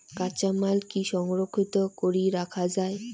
কাঁচামাল কি সংরক্ষিত করি রাখা যায়?